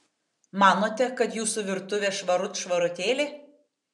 manote kad jūsų virtuvė švarut švarutėlė